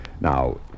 Now